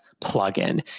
plugin